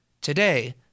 Today